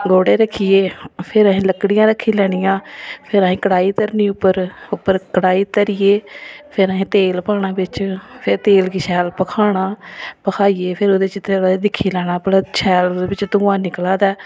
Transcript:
गोह्टे रक्खियै फिर असें लक्कड़ियां रक्खी लैनियां फिर असें कड़ाही धरनी उप्पर उप्पर कड़ाही धरियै फिर अहें तेल पाना बिच्च फिर तेल गी शैल भखाना भखाइयै फिर ओहदे असें दिक्खी लैना भला शैल ओहदे बिच्च धुआं निकलै दा ऐ